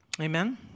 Amen